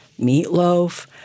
meatloaf